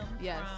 Yes